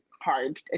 hard